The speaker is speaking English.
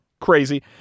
Crazy